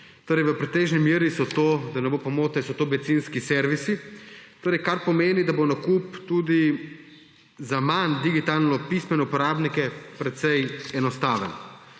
V pretežni meri so to, da ne bo pomote, so to bencinski servisi, kar pomeni, da bo tudi za manj digitalno pismene uporabnike nakup precej enostaven.